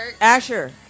Asher